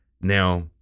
Now